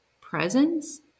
presence